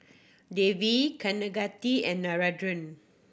Devi Kaneganti and Narendra